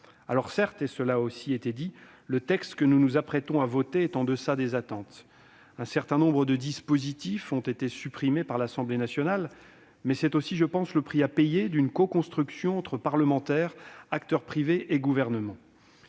Alors certes, et cela a été dit, le texte que nous nous apprêtons à voter est en deçà des attentes. Un certain nombre de dispositifs ont été supprimés par l'Assemblée nationale. Il s'agit du prix à payer pour la coconstruction entre parlementaires, acteurs privés et Gouvernement.